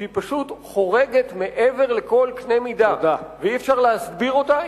היא פשוט חורגת מעבר לכל קנה מידה ואי-אפשר להסביר אותה,